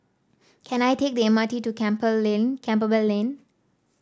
can I take the M R T to Camper Lane Campbell Lane